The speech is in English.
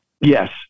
Yes